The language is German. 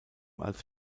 als